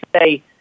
say